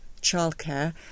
childcare